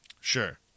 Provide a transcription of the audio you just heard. Sure